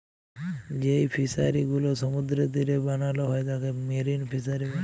যেই ফিশারি গুলো সমুদ্রের তীরে বানাল হ্যয় তাকে মেরিন ফিসারী ব্যলে